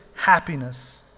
happiness